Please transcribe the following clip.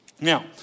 Now